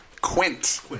Quint